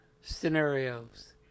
scenarios